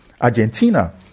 argentina